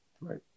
Right